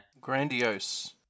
Grandiose